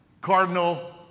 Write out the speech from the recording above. Cardinal